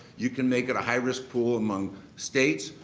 you can make it a high-risk pool among states,